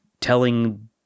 telling